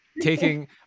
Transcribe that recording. taking